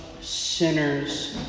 sinners